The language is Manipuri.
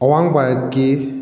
ꯑꯋꯥꯡ ꯚꯥꯔꯠꯀꯤ